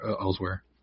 elsewhere